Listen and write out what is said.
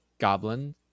Goblin